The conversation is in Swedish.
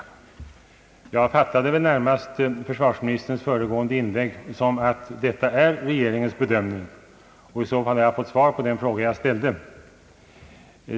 Jag fattade försvarsministerns inlägg närmast som att detta är regeringens bedömning, och i så fall har jag fått svar på den fråga jag ställde.